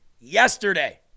yesterday